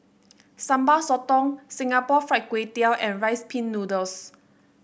Sambal Sotong Singapore Fried Kway Tiao and Rice Pin Noodles